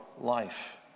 life